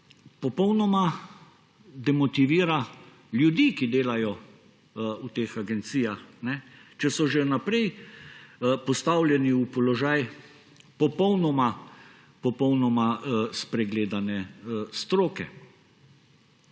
popolnoma demotivira ljudi, ki delajo v teh agencijah, če so že vnaprej postavljeni v položaj popolnoma spregledane stroke.